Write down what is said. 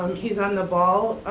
um he's on the ball,